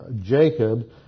Jacob